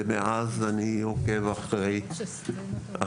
ומאז אני עוקב אחריו.